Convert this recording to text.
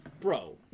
bro